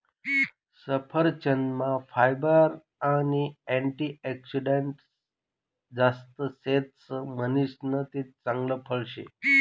सफरचंदमा फायबर आणि अँटीऑक्सिडंटस जास्त शेतस म्हणीसन ते चांगल फळ शे